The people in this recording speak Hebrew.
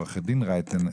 עו"ד רייטן,